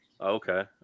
okay